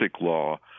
law